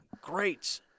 great